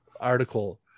article